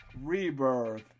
Rebirth